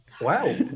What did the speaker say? Wow